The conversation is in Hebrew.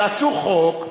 תעשו חוק,